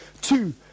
Two